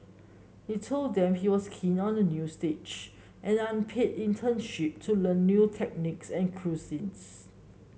he told them he was keen on a new stage an unpaid internship to learn new techniques and cuisines